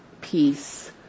peace